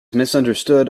misunderstood